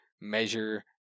measure